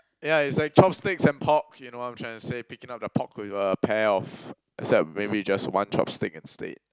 yeah it's like chopsticks and pork you know what I'm trying to say picking up the pork with a pair of except maybe just one chopstick instead